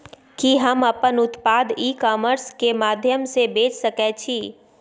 कि हम अपन उत्पाद ई कॉमर्स के माध्यम से बेच सकै छी?